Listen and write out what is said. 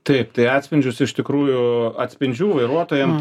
taip tai atspindžius iš tikrųjų atspindžių vairuotojam